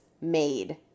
made